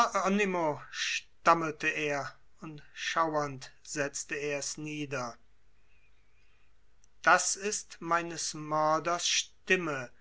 stammelte er und schauernd setzte ers nieder das ist meines mörders stimme